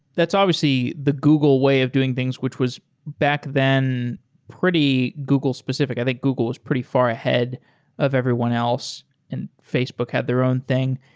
that's obviously the google way of doing things, which was back then pretty google specific. i think google was pretty far ahead of everyone else and facebook had their own thing.